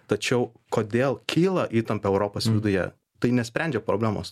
tačiau kodėl kyla įtampa europos viduje tai nesprendžia problemos